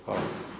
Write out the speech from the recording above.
Hvala.